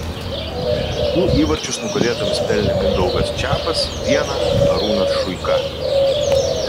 du įvarčius nugalėtojams pelnė mindaugas čepas vieną arūnas šuika